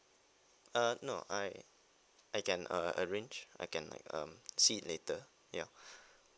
uh no I I can uh arrange I can like um see later ya